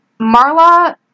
Marla